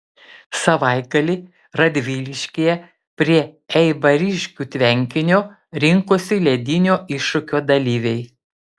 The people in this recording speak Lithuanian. savaitgalį radviliškyje prie eibariškių tvenkinio rinkosi ledinio iššūkio dalyviai